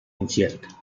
incierto